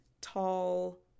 tall